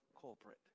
culprit